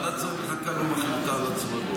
ועדת השרים לחקיקה לא מחליטה על הצמדות.